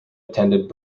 attended